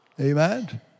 Amen